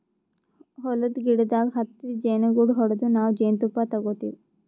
ಹೊಲದ್ದ್ ಗಿಡದಾಗ್ ಹತ್ತಿದ್ ಜೇನುಗೂಡು ಹೊಡದು ನಾವ್ ಜೇನ್ತುಪ್ಪ ತಗೋತಿವ್